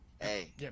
Hey